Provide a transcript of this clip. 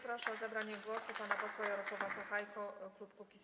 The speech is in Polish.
Proszę o zabranie głosu pana posła Jarosława Sachajkę, klub Kukiz’15.